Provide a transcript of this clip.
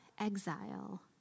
exile